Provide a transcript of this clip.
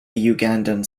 ugandan